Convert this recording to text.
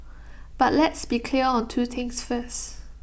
but let's be clear on two things first